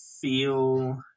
feel